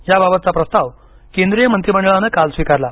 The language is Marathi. याबाबतचा प्रस्ताव केंद्रीय मंत्रीमंडळाने काल स्वीकारला